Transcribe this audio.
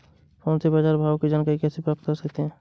Phone से बाजार के भाव की जानकारी कैसे प्राप्त कर सकते हैं?